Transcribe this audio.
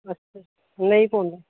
नेईं पौंदे